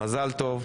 מזל טוב.